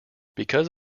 because